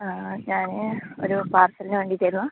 ആ ഞാൻ ഒരു പാർസലിന് വേണ്ടീട്ട് ആയിരുന്നു